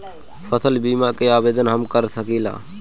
फसल बीमा के आवेदन हम कर सकिला?